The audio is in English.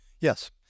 Yes